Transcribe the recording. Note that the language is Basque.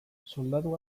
soldadu